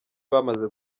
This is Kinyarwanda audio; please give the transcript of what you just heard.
bamaze